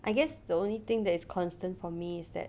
I guess the only thing that is constant for me is that